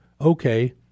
okay